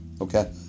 Okay